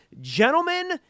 Gentlemen